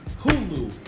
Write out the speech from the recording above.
Hulu